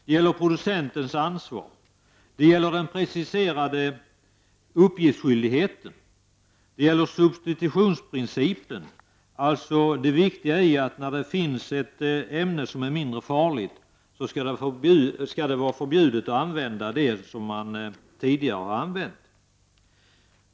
Det gäller också producentens ansvar, det gäller den preciserade uppgiftsskyldigheten, det gäller substitutionsprincipen — alltså det viktiga i att när det finns ett ämne som är mindre farligt skall det vara förbjudet att använda det tidigare använda farligare ämnet.